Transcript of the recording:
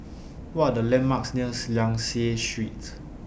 What Are The landmarks nears Liang Seah Street